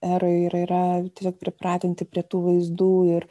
eroj ir yra tiek pripratinti prie tų vaizdų ir